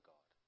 God